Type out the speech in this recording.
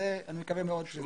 ואני מקווה מאוד שזה יצליח.